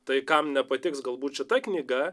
tai kam nepatiks galbūt šita knyga